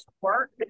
work